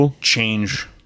change